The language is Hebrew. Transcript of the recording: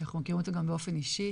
שאנחנו מכירים אותו גם באופן אישי.